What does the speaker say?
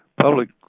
public